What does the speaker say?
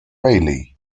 rayleigh